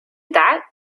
that